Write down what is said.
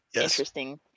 interesting